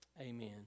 Amen